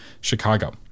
Chicago